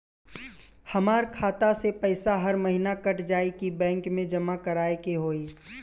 हमार खाता से पैसा हर महीना कट जायी की बैंक मे जमा करवाए के होई?